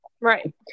right